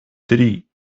tri